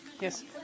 Yes